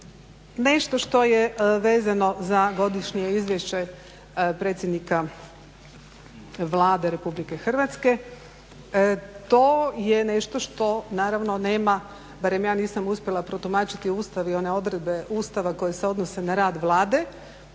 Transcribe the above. nešto što je vezano za godišnje izvješće predsjednika Vlade Republike Hrvatske, to je nešto što naravno nema, barem ja nisam uspjela protumačiti Ustav i one odredbe Ustava koje se odnose na rad Vlade